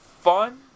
fun